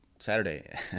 saturday